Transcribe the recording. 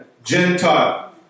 Gentile